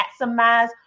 maximize